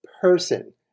person